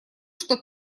что